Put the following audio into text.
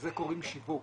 ולזה קוראים שיווק